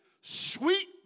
Sweet